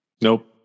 Nope